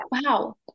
wow